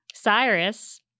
Cyrus